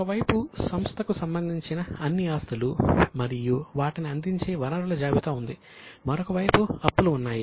ఒక వైపు సంస్థకు సంబంధించిన అన్నిఆస్తులు మరియు వాటిని అందించే వనరుల జాబితా ఉంది మరొక వైపు అప్పులు ఉన్నాయి